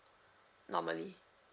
normally